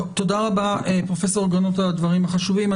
טוב, תודה רבה, פרופ' גרנות, על הדברים החשובים.